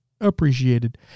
appreciated